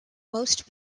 most